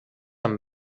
amb